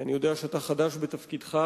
אני יודע שאתה חדש בתפקידך,